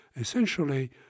essentially